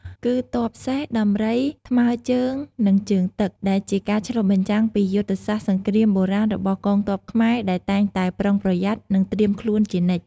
គឺទ័ពសេះ ដំរី ថ្មើរជើង និងជើងទឹក ដែលជាការឆ្លុះបញ្ចាំងពីយុទ្ធសាស្ត្រសង្គ្រាមបុរាណរបស់កងទ័ពខ្មែរដែលតែងតែប្រុងប្រយ័ត្ន និងត្រៀមខ្លួនជានិច្ច។